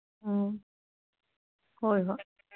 ꯎꯝ ꯍꯣꯏ ꯍꯣꯏ